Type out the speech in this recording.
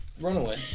Runaway